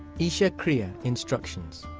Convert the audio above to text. isha kriya instructions.